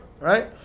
Right